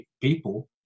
people